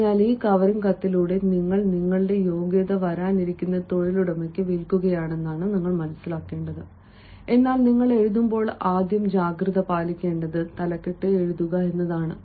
അതിനാൽ ഈ കവറിംഗ് കത്തിലൂടെ നിങ്ങൾ നിങ്ങളുടെ യോഗ്യത വരാനിരിക്കുന്ന തൊഴിലുടമയ്ക്ക് വിൽക്കുകയാണ് എന്നാൽ നിങ്ങൾ എഴുതുമ്പോൾ ആദ്യം ജാഗ്രത പാലിക്കേണ്ടത് തലക്കെട്ട് എഴുതുക എന്നതാണ്